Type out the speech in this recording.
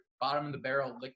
bottom-of-the-barrel